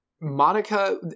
Monica